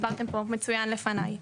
הסברתם פה מצוין לפניי.